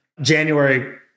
January